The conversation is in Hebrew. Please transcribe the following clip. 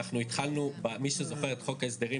בבקשה חברת הכנסת סטרוק.